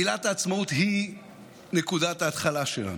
מגילת העצמאות היא נקודת ההתחלה שלנו,